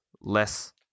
less